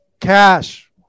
cash